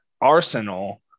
Arsenal